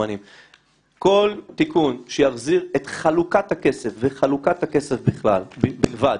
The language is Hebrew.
כל תיקון שיחזיר את חלוקת הכסף וחלוקת הכסף בלבד